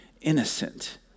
innocent